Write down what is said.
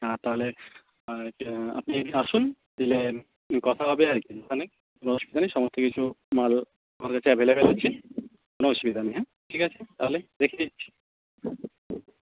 হ্যাঁ তাহলে আপনি একদিন আসুন এলে কথা হবে আরকি তাহলে কোনও অসুবিধা নেই সমস্ত কিছু মাল আমাদের কাছে অ্যাভেলেবেল আছে কোনো অসুবিধা নেই হ্যাঁ ঠিক আছে তাহলে রেখে দিচ্ছি